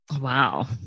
Wow